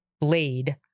blade